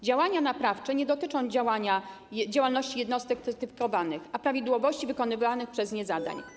Działania naprawcze nie dotyczą działalności jednostek certyfikujących, ale prawidłowości wykonywanych przez nie zadań.